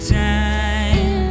time